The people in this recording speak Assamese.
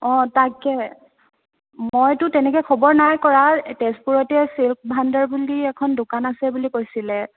অ' তাকে মইটো তেনেকৈ খবৰ নাই কৰা তেজপুৰতে চিল্ক ভাণ্ডাৰ বুলি এখন দোকান আছে বুলি কৈছিলে